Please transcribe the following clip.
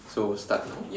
so start now